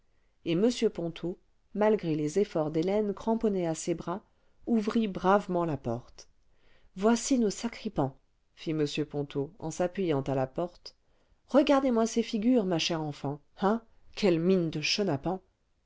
et h ponto malgré les efforts d'hélène cramponnée à ses bras ouvrit bravement la porte voici nos sacripants fit m ponto en s'appuyant à la porte regardez-moi ces figures ma chère enfant hein quelles mines de chenapans